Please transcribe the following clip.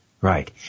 right